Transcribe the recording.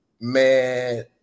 man